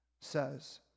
says